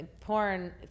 porn